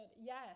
Yes